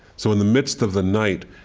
so in the midst of the night,